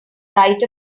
right